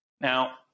Now